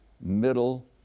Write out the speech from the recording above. middle